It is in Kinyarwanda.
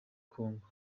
congo